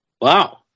Wow